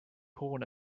hoone